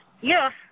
Yes